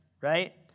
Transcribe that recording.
right